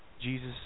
Jesus